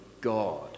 God